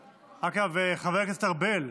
אגב, חבר הכנסת ארבל,